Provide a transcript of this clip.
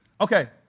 Okay